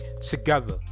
together